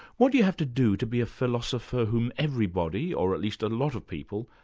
what do you have to do to be a philosopher whom everybody or, at least a lot of people,